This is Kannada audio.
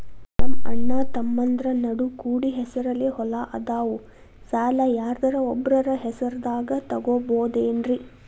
ನಮ್ಮಅಣ್ಣತಮ್ಮಂದ್ರ ನಡು ಕೂಡಿ ಹೆಸರಲೆ ಹೊಲಾ ಅದಾವು, ಸಾಲ ಯಾರ್ದರ ಒಬ್ಬರ ಹೆಸರದಾಗ ತಗೋಬೋದೇನ್ರಿ?